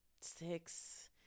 six